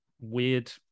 weird